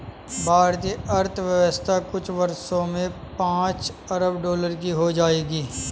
भारतीय अर्थव्यवस्था कुछ वर्षों में पांच खरब डॉलर की हो जाएगी